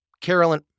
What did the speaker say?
Carolyn